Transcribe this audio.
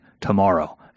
tomorrow